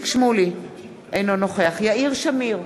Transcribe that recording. אינו נוכח יאיר שמיר,